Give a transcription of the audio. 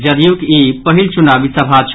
जदयूक ई पहिल चुनावी सभा छल